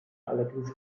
allerdings